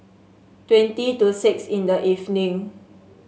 twenty to six in the evening